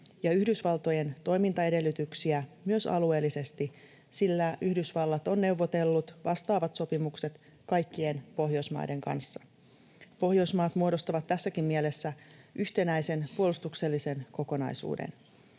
ja Yhdysvaltojen toimintaedellytyksiä myös alueellisesti, sillä Yhdysvallat on neuvotellut vastaavat sopimukset kaikkien Pohjoismaiden kanssa. Pohjoismaat muodostavat tässäkin mielessä yhtenäisen puolustuksellisen kokonaisuuden.